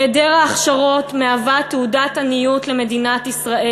היעדר ההכשרות מהווה תעודת עניות למדינת ישראל.